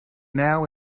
now